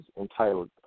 entitled